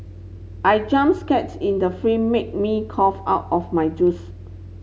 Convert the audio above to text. I jump scares in the film made me cough out of my juice